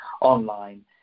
online